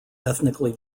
ethnically